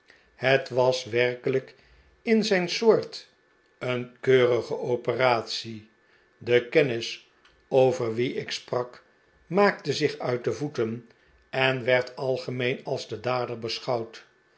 het was werkelijk in zijn soort een keurige operatie de kennis over wien ik sprak maakte zich uit de voeten en werd algemeen als de dader beschouwd